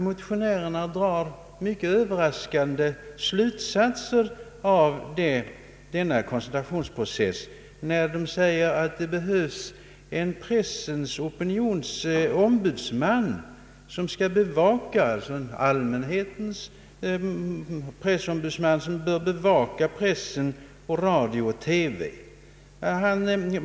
Motionärerna drar emellertid mycket överraskande slutsatser av denna koncentrationsprocess när de säger att det behövs en allmänhetens ombudsman som skall bevaka pressen, radio och TV.